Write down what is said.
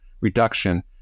reduction